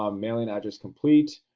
um mailing address complete.